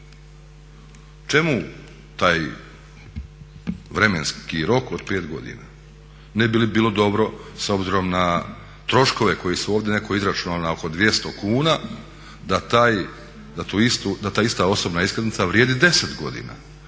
Čemu taj vremenski rok od 5 godina? Ne bi li bilo dobro s obzirom na troškove koji su ovdje, netko je izračunao oko 200 kuna da ta ista osobna iskaznica vrijedi 10 godina?